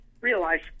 realize